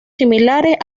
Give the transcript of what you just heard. similares